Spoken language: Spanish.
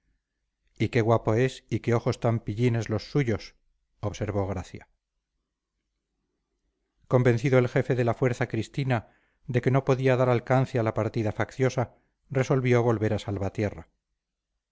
y qué guapo es y qué ojos tan pillines los suyos observó gracia convencido el jefe de la fuerza cristina de que no podía dar alcance a la partida facciosa resolvió volver a salvatierra